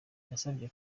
yabasabye